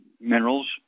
minerals